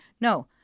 no